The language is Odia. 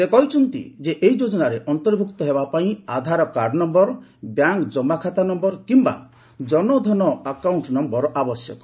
ସେ କହିଛନ୍ତି ଏହି ଯୋଜନାରେ ଅନ୍ତର୍ଭୁକ୍ତ ହେବାପାଇଁ ଆଧାର କାର୍ଡ଼ ନମ୍ଘର ବ୍ୟାଙ୍କ୍ ଜମାଖାତା ନମ୍ଘର କିମ୍ବା ଜନଧନ ଆକାଉଣ୍ଟ ନମ୍ଭର ଆବଶ୍ୟକ